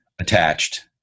attached